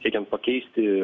siekiant pakeisti